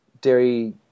dairy